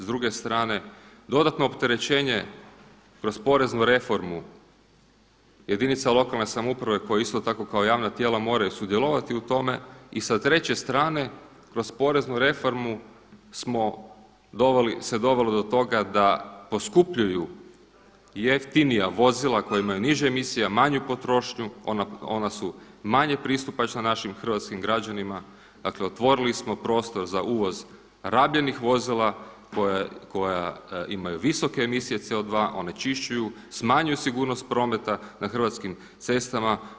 S druge strane dodatno opterećenje kroz poreznu reformu jedinica lokalne samouprave koja isto tako kao javna tijela moraju sudjelovati u tome, i s treće strane kroz poreznu reformu se doveli do toga da poskupljuju jeftinija vozila koji imaju niže emisije, manju potrošnju, ona su manje pristupačna našim hrvatskim građanima, dakle otvorili smo prostor za uvoz rabljenih vozila koja imaju visoke emisije CO2, onečišćuju, smanjuju sigurnost prometa na hrvatskim cestama.